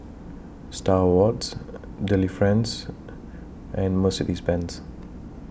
STAR Awards Delifrance and Mercedes Benz